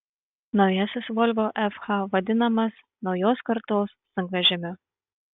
naujasis volvo fh vadinamas naujos kartos sunkvežimiu